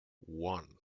one